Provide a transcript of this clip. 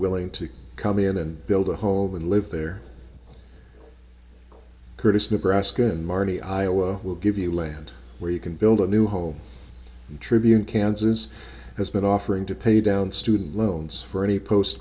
willing to come in and build a home and live there curtis nebraska and marni iowa will give you land where you can build a new home tribune kansas has been offering to pay down student loans for any post